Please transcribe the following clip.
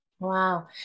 Wow